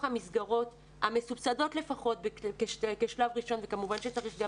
המסגרות - אלה שלפחות מסובסדות בשלב ראשון וכמובן שצריך גם